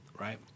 Right